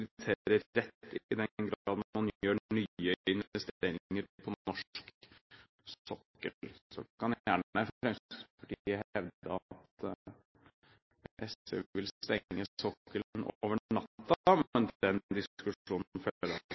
rett i den grad man gjør nye investeringer på norsk sokkel. Så kan gjerne Fremskrittspartiet hevde at SV vil stenge sokkelen over natta, men den diskusjonen